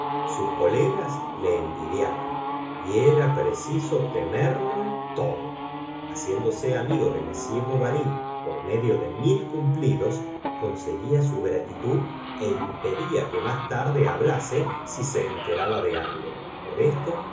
sus colegas le envidiaban y era preciso temerlo todo haciéndose amigo de m bovary por medio de mil cumplidos conseguía su gratitud é impedía que más tarde hablase si se enteraba de algo por esto